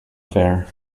affair